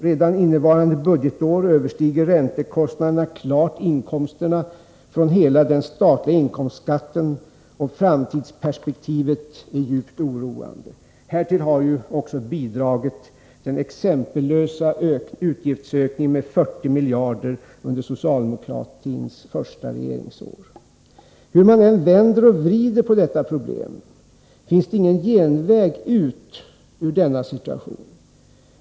Redan innevarande budgetår överstiger räntekostnaderna klart inkomsterna från hela den statliga inkomstskatten, och framtidsperspektivet är djupt oroande. Härtill har också bidragit den exempellösa utgiftsökningen med 40 miljarder kronor under socialdemokratins första regeringsår. Hur man än vänder och vrider på detta problem finns det ingen genväg ut ur denna situation.